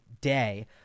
day